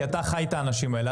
כי אתה חי את האנשים האלה.